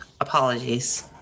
Apologies